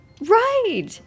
Right